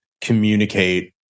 communicate